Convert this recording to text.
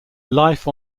life